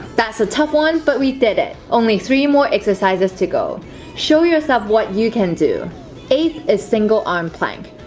that's a tough one but we did it only three more exercises to go show yourself what you can do eight a single arm plank